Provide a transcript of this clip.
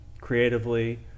creatively